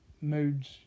moods